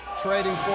trading